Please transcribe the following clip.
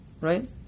Right